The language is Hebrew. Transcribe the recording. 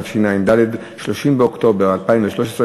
התשע"ד 2013,